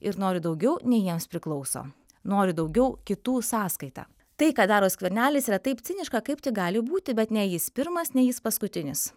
ir nori daugiau nei jiems priklauso nori daugiau kitų sąskaita tai ką daro skvernelis yra taip ciniška kaip tik gali būti bet ne jis pirmas ne jis paskutinis